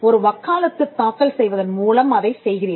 ஒரு வக்காலத்துத் தாக்கல் செய்வதன் மூலம் அதை செய்கிறீர்கள்